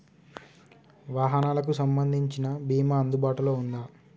వాహనాలకు సంబంధించిన బీమా అందుబాటులో ఉందా?